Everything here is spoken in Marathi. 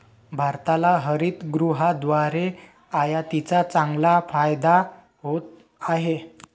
भारताला हरितगृहाद्वारे आयातीचा चांगला फायदा होत आहे